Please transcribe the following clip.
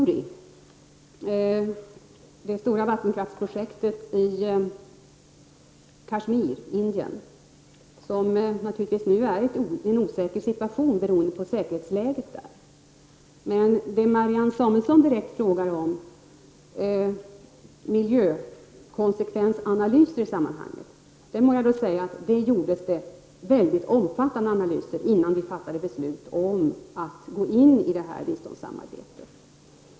Det stora vattenkraftprojektet Uri i Kashmir i Indien befinner sig naturligtvis i en osäker situation beroende på säkerhetsläget där. Marianne Samuelsson frågade mig om det hade gjorts några miljökonsekvensanalyser där. På den frågan kan jag svara att vi gjorde mycket omfattande analyser innan vi fattade beslut om att gå in i detta biståndssamarbete.